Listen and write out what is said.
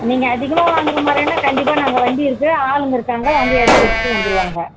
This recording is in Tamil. நீங்கள் அதிகமாக வாங்குற மாதிரியான கண்டிப்பாக நாங்கள் வண்டி இருக்கு ஆளுங்கள் இருக்காங்க வந்து இறக்கி வச்சிவிட்டு வந்துருவாங்க